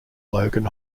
logan